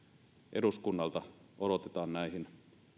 eduskunnalta odotetaan näihin